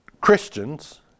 Christians